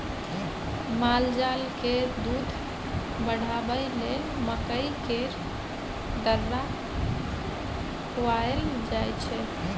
मालजालकेँ दूध बढ़ाबय लेल मकइ केर दर्रा खुआएल जाय छै